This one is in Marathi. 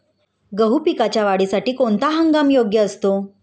गहू पिकाच्या वाढीसाठी कोणता हंगाम योग्य असतो?